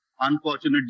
unfortunate